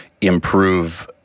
improve